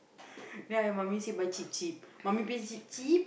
ya mummy say buy cheap cheap mummy please cheap cheap